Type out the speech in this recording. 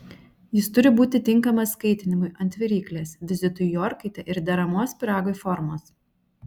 jis turi būti tinkamas kaitinimui ant viryklės vizitui į orkaitę ir deramos pyragui formos